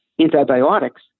antibiotics